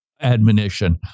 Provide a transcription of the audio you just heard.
admonition